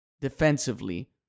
defensively